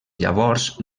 llavors